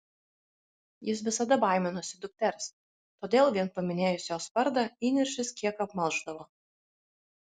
jis visada baiminosi dukters todėl vien paminėjus jos vardą įniršis kiek apmalšdavo